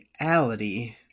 reality